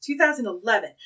2011